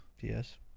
Yes